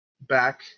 back